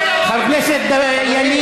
חבר הכנסת חסון,